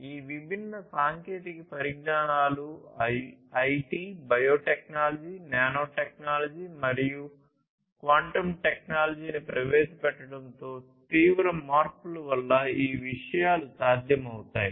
ఈ విభిన్న సాంకేతిక పరిజ్ఞానాలు ఐటి బయోటెక్నాలజీ నానోటెక్నాలజీ మరియు క్వాంటం టెక్నాలజీని ప్రవేశపెట్టడంతో తీవ్ర మార్పుల వల్ల ఈ విషయాలు సాధ్యమవుతాయి